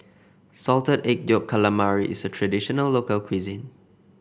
Salted Egg Yolk Calamari is a traditional local cuisine